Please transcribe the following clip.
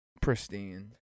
Pristine